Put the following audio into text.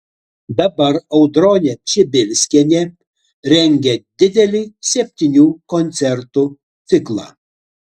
dabar audronė pšibilskienė rengia didelį septynių koncertų ciklą